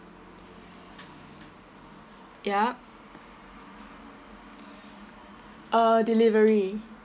yup uh delivery